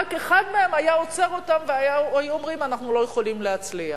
רק אחד מהם היה עוצר אותם והיו אומרים: אנחנו לא יכולים להצליח.